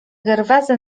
gerwazy